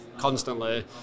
constantly